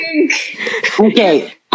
okay